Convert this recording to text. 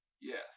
yes